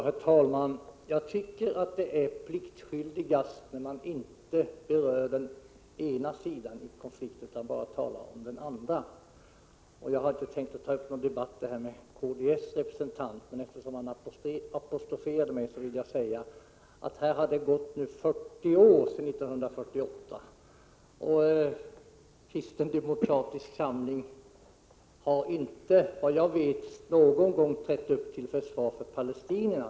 Herr talman! Jag tycker att det är pliktskyldigast när man inte berör den ena sidan i konflikten utan bara talar om den andra. Jag hade inte tänkt ta upp någon debatt med kds representant, men eftersom han apostroferade mig vill jag säga att det har gått 40 år sedan 1948 och kristen demokratisk samling har inte vad jag vet någon gång trätt upp till försvar för palestinierna.